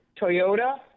Toyota